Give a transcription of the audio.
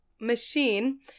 machine